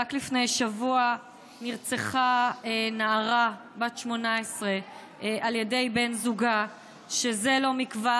רק לפני שבוע נרצחה נערה בת 18 על ידי בן זוגה שזה לא מכבר